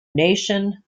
nation